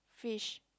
fish